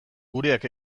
gureak